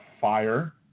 fire